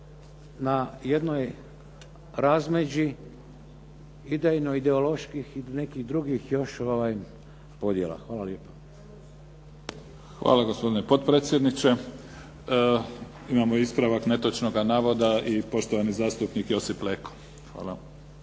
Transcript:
na jednoj razmeđi idejno ideoloških i nekih drugih još podjela. Hvala lijepa. **Mimica, Neven (SDP)** Hvala, gospodine potpredsjedniče. Imamo ispravak netočnoga navoda. Poštovani zastupnik Josip Leko.